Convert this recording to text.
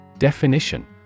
Definition